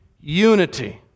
Unity